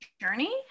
journey